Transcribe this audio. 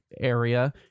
area